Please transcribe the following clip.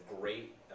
great